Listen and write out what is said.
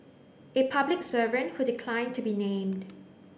a public servant who declined to be named